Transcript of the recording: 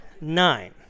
nine